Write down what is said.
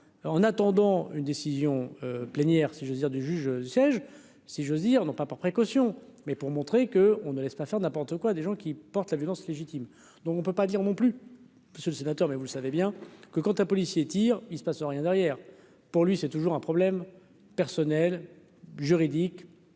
en attendant une décision plénière, si j'ose dire, du juge siège si j'ose dire, non pas par précaution mais pour montrer que, on ne laisse pas faire de la pente quoi, des gens qui portent la violence légitime, donc on peut pas dire non plus parce que le sénateur mais vous savez bien que quand un policier tire, il se passe rien derrière, pour lui, c'est toujours un problème personnel juridique.